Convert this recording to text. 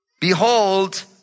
Behold